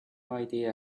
idea